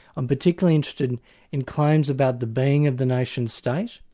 i'm particularly interested in claims about the being of the nation-state,